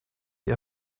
ihr